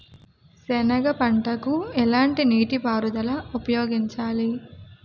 సెనగ పంటకు ఎలాంటి నీటిపారుదల ఉపయోగించాలి?